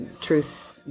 truth